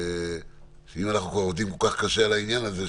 שאם אנחנו עובדים כל-כך קשה על העניין הזה,